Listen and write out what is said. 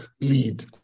lead